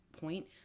point